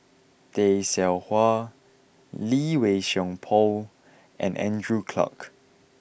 Tay Seow Huah Lee Wei Song Paul and Andrew Clarke